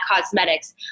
Cosmetics